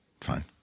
fine